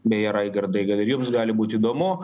beje raigardai gal ir jums gali būt įdomu